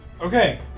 Okay